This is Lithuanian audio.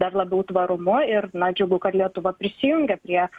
dar labiau tvarumu ir na džiugu kad lietuva prisijungia prie